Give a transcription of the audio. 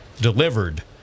delivered